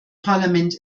parlament